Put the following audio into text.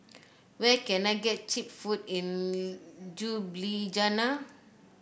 where can I get cheap food in Ljubljana